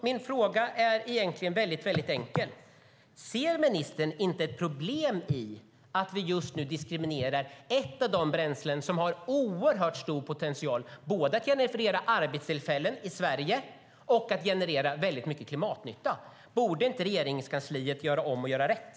Mina frågor är egentligen väldigt enkla: Ser ministern inte ett problem i att vi just nu diskriminerar ett av de bränslen som har oerhört stor potential att både generera arbetstillfällen i Sverige och generera väldigt mycket klimatnytta? Borde inte Regeringskansliet göra om och göra rätt?